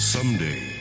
Someday